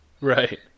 Right